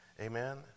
Amen